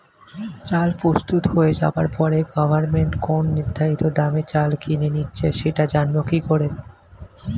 চাল প্রস্তুত হয়ে যাবার পরে গভমেন্ট কোন নির্ধারিত দামে চাল কিনে নিচ্ছে সেটা জানবো কি করে?